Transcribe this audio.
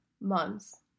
months